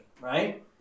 right